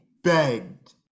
begged